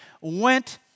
went